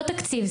לא תקציב.